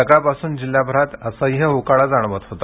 सकाळपासून जिल्ह्याभरात असह्य उकाडा जाणवत होता